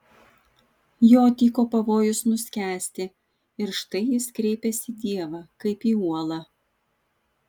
jo tyko pavojus nuskęsti ir štai jis kreipiasi į dievą kaip į uolą